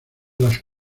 las